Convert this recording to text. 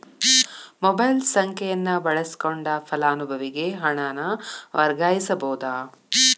mobile ಸಂಖ್ಯೆಯನ್ನ ಬಳಸಕೊಂಡ ಫಲಾನುಭವಿಗೆ ಹಣನ ವರ್ಗಾಯಿಸಬೋದ್